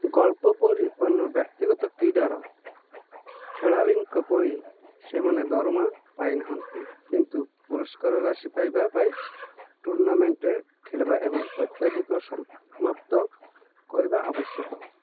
ଗଳ୍ପ ପରି ଅନ୍ୟ ବ୍ୟକ୍ତିଗତ କ୍ରୀଡ଼ାର ଖେଳାଳିଙ୍କ ପରି ସେମାନେ ଦରମା ପାଇନାହାନ୍ତି କିନ୍ତୁ ପୁରସ୍କାର ରାଶି ପାଇବା ପାଇଁ ଟୁର୍ନାମେଣ୍ଟରେ ଖେଳିବା ଏବଂ ଅତ୍ୟଧିକ ସମାପ୍ତ କରିବା ଆବଶ୍ୟକ